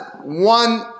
one